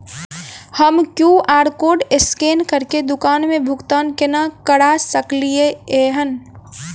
हम QR code scan करके दुकान मे भुगतान केना करऽ सकलिये एहन?